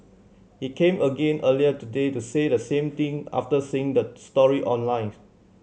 he came again earlier today to say the same thing after seeing the stories online